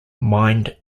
mind